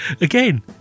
Again